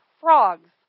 frogs